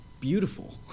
beautiful